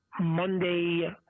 Monday